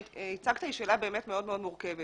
שאלה מאוד מאוד מורכבת.